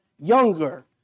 younger